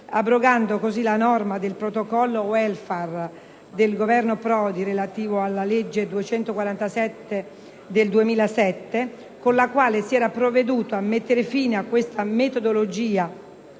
abrogando così la norma del Protocollo *welfare* del Governo Prodi, relativo alla legge n. 247 del 2007, con la quale si era provveduto a mettere fine a questa metodologia